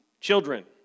Children